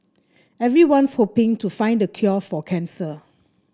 everyone's hoping to find the cure for cancer